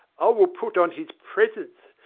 i will put on his presence.